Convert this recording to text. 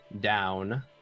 down